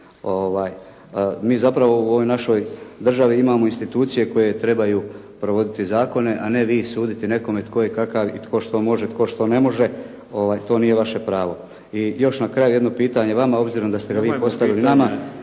Mi zapravo u ovoj našoj državi imamo institucije koje trebaju provoditi zakone, a ne vi suditi nekome tko je kakav i tko što može, tko što ne može, to nije vaše pravo. I još na kraju jedno pitanje vama, obzirom da ste ga vi postavili nama.